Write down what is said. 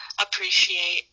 appreciate